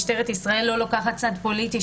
משטרת ישראל לא לקוחת צד פוליטי,